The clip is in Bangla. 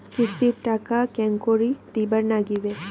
কিস্তির টাকা কেঙ্গকরি দিবার নাগীবে?